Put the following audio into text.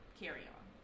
carry-on